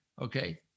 Okay